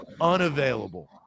unavailable